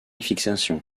fixation